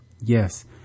Yes